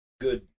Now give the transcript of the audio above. good